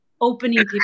opening